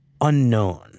unknown